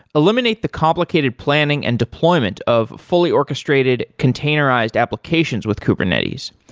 eliminate the complicated planning and deployment of fully orchestrated containerized applications with kubernetes.